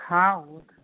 हा उहो त